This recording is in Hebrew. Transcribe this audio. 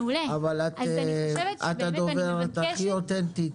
את הדוברת הכי אוטנטית.